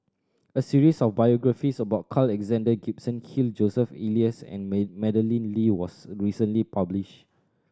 a series of biographies about Carl Alexander Gibson Hill Joseph Elias and May Madeleine Lee was recently published